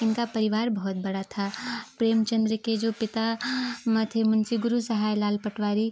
इनका परिवार बहुत बड़ा था प्रेमचन्द्र के जो पिता माँ थे मुंशी गुरु सहाय लाल पटवारी